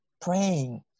praying